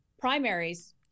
primaries